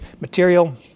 material